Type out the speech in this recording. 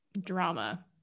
drama